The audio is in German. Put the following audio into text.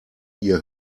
ihr